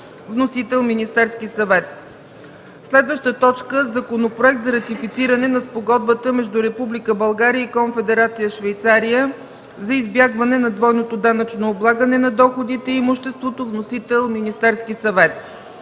Вносител е Министерският съвет. 5. Законопроект за ратифициране на Спогодбата между Република България и Конфедерация Швейцария за избягване на двойното данъчно облагане на доходите и имуществото. Вносител е Министерският съвет.